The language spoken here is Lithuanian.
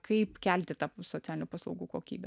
kaip kelti tą socialinių paslaugų kokybę